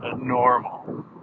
normal